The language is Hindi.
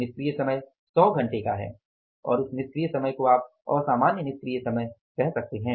निष्क्रिय समय सौ घंटे का है और उस निष्क्रिय समय को आप असामान्य निष्क्रिय समय कह सकते हैं